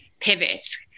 pivots